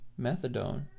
methadone